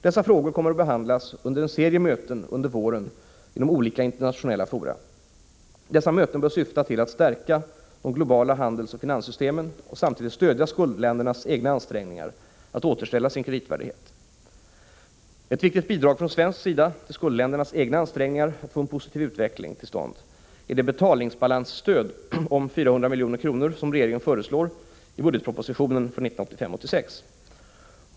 Dessa frågor kommer att behandlas under en serie möten under våren inom olika internationella fora. Dessa möten bör syfta till att stärka de globala handelsoch finanssystemen och samtidigt stödja skuldländernas egna ansträngningar att återställa sin kreditvärdighet. Ett viktigt bidrag från svensk sida till skuldländernas egna ansträngningar att få en positiv utveckling till stånd är det betalningsbalansstöd om 400 milj.kr. som regeringen föreslår i budgetpropositionen för 1985/86.